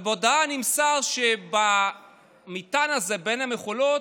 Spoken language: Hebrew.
בהודעה נמסר שבמטען הזה, בין המכולות,